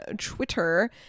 twitter